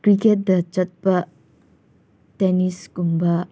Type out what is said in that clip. ꯀ꯭ꯔꯤꯀꯦꯠꯇ ꯆꯠꯄ ꯇꯦꯟꯅꯤꯁꯀꯨꯝꯕ